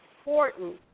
important